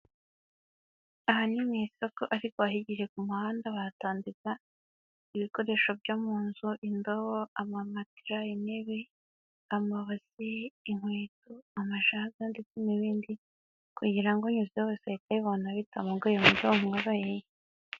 Aha ni mu isoko ariko ahegereye ku muhanda bahatandika ibikoresho byo mu nzu: indobo, amamatela, intebe, amabasi, inkweto, amajaga ndetse n'ibindi kugira ngo ubinyuzweho wese ahite abibona bitamugoye mu buryo bumworoheye.